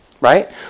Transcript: Right